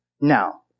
Now